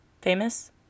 famous